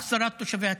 החזרת תושבי הצפון.